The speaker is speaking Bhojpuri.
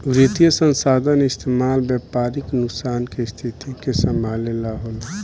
वित्तीय संसाधन के इस्तेमाल व्यापारिक नुकसान के स्थिति के संभाले ला होला